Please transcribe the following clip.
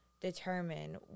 determine